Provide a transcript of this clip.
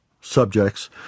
subjects